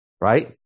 right